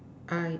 I